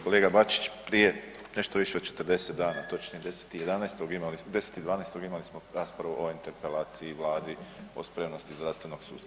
Kolega Bačić, prije nešto više od 40 dana, točnije 10.11., 10.12. imali smo raspravu o interpelaciji u vladi o spremnosti zdravstvenog sustava.